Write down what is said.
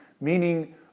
meaning